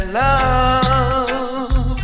love